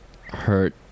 hurt